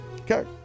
Okay